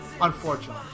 Unfortunately